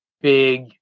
big